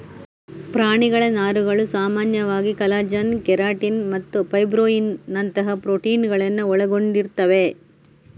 ಪ್ರಾಣಿಗಳ ನಾರುಗಳು ಸಾಮಾನ್ಯವಾಗಿ ಕಾಲಜನ್, ಕೆರಾಟಿನ್ ಮತ್ತು ಫೈಬ್ರೋಯಿನ್ ನಂತಹ ಪ್ರೋಟೀನುಗಳನ್ನ ಒಳಗೊಂಡಿರ್ತವೆ